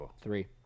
three